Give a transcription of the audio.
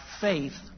faith